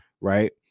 Right